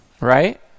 right